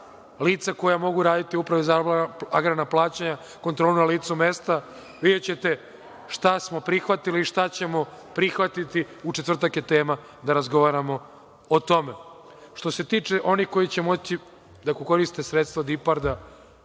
lica koja mogu raditi u Upravi za agrarna plaćanja, kontrolu na licu mesta. Videćete šta smo prihvatili i šta ćemo prihvatiti. U četvrtak je tema da razgovaramo o tome. Što se tiče onih koji će moći da koriste sredstva od